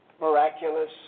miraculous